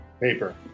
Paper